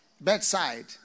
bedside